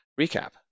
recap